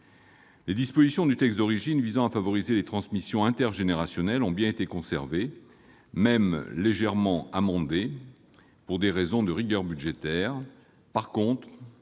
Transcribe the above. Les dispositions du texte d'origine visant à favoriser les transmissions intergénérationnelles ont bien été conservées, bien que légèrement amendées pour des raisons de rigueur budgétaire. En revanche,